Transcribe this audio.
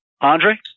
Andre